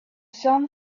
sun